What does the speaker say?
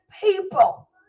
people